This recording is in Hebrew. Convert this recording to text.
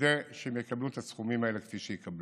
לוודא שהם יקבלו את הסכומים האלה כפי שיקבלו.